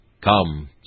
Come